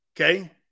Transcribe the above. Okay